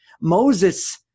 moses